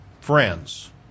friends